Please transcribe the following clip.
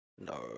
No